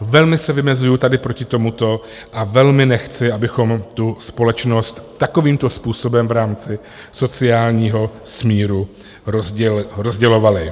Velmi se vymezuji tady proti tomuto a velmi nechci, abychom tu společnost takovýmto způsobem v rámci sociálního smíru rozdělovali.